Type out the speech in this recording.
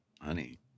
honey